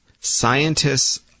Scientists